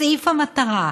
בסעיף המטרה: